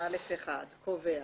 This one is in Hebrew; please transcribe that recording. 82/א/1 לחוק קובע